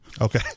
okay